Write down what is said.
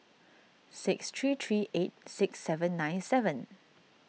six three three eight six seven nine seven